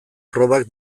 probak